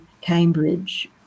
Cambridge